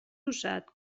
usat